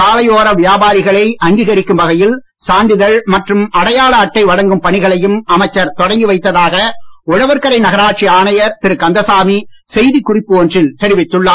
சாலையோர வியாபாரிகளை அங்கீகரிக்கும் வகையில் சான்றிதழ் மற்றும் அடையாள அட்டை வழங்கும் பணிகளையும் அமைச்சர் தொடங்கி வைத்ததாக உழவர்கரை நகராட்சி ஆணையர் திரு கந்தசாமி செய்திக் குறிப்பு ஒன்றில் தெரிவித்துள்ளார்